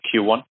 Q1